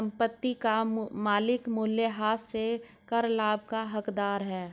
संपत्ति का मालिक मूल्यह्रास से कर लाभ का हकदार है